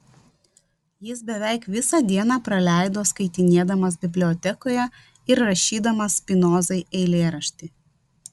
jis beveik visą dieną praleido skaitinėdamas bibliotekoje ir rašydamas spinozai eilėraštį